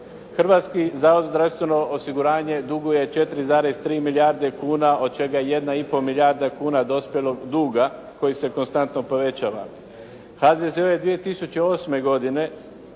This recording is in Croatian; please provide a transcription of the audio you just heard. Hrvatski zavod za zdravstveno osiguranje duguje 4,3 milijarde kuna od čega je 1,5 milijarda kuna dospjelog duga koji se konstantno povećava. HZZO je 2008. godine